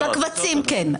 אבל קבצים, כן.